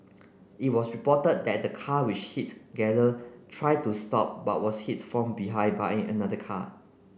it was reported that the car which hit Galen tried to stop but was hit from behind by another car